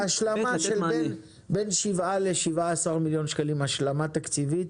אז השלמה בין 7 ל-17 מיליון שקלים השלמה תקציבית,